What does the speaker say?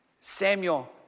Samuel